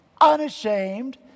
unashamed